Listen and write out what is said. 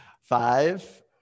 Five